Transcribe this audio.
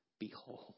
Behold